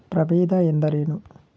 ಪ್ರಭೇದ ಎಂದರೇನು?